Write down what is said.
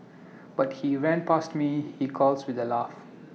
but he ran past me he calls with A laugh